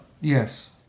Yes